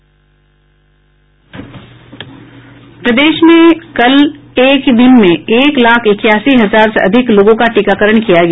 प्रदेश में कल एक ही दिन में एक लाख इक्यासी हजार से अधिक लोगों का टीकाकरण किया गया